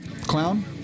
Clown